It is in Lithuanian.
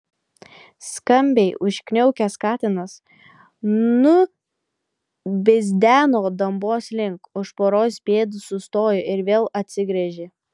skambiai užkniaukęs katinas nubidzeno dambos link už poros pėdų sustojo ir vėl atsigręžė